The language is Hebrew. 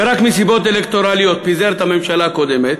ורק מסיבות אלקטורליות מפזר את הממשלה הקודמת